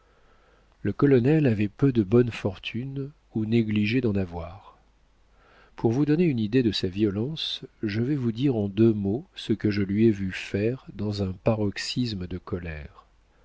le colonel avait peu de bonnes fortunes ou négligeait d'en avoir pour vous donner une idée de sa violence je vais vous dire en deux mots ce que je lui ai vu faire dans un paroxysme de colère